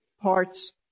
parts